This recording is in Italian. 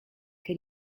che